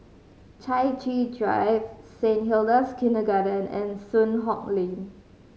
Chai Chee Drive Saint Hilda's Kindergarten and Soon Hock Lane